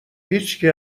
هیچکی